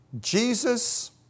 Jesus